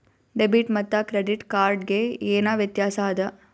Debit ಮತ್ತ credit card ಗೆ ಏನ ವ್ಯತ್ಯಾಸ ಆದ?